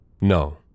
No